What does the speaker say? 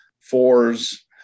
Fours